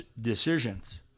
decisions